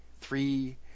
three